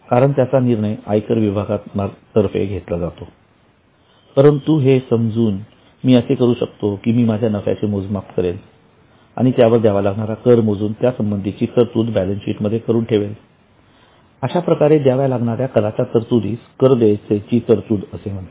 कारण त्याचा निर्णय आयकर विभागातर्फे घेतला जातो परंतु हे समजून मी असे करू शकतो की मी माझ्या नफ्याचे मोजमाप करेल आणि त्यावर द्यावा लागणारा कर मोजून त्यासंबंधीची तरतूद बॅलन्स शीट मध्ये करून ठेवेल अशाप्रकारे द्याव्या लागणाऱ्या कराच्या तरतुदीस कर देयतेची तरतूद असे म्हणतात